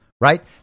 right